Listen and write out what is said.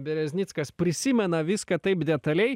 bereznickas prisimena viską taip detaliai